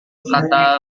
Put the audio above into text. kata